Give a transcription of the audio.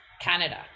Canada